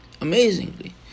Amazingly